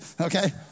okay